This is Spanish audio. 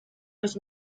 los